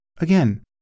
Again